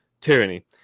tyranny